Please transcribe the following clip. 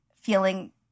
feeling